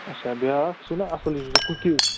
اَچھا بیٛاکھ سُہ نا اَصٕل ہیٛوٗ یُس کُکیٖز